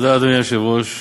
היושב-ראש,